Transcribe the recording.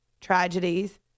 tragedies